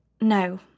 No